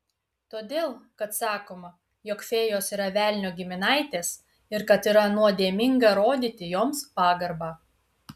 todėl kad sakoma jog fėjos yra velnio giminaitės ir kad yra nuodėminga rodyti joms pagarbą